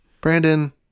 Brandon